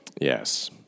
Yes